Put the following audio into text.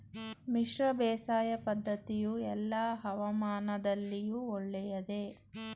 ಮಿಶ್ರ ಬೇಸಾಯ ಪದ್ದತಿಯು ಎಲ್ಲಾ ಹವಾಮಾನದಲ್ಲಿಯೂ ಒಳ್ಳೆಯದೇ?